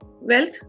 Wealth